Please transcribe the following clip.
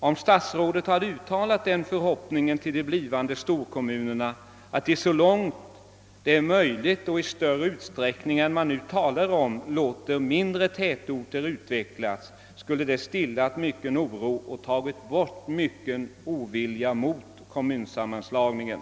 Om statsrådet hade uttalat den förhoppningen, att de mindre tätorterna så långt som möjligt och i större utsträckning än man nu talar om skulle få utvecklas, hade detta stillat mycken oro och tagit bort mycken ovilja mot kommunsammanslagningen.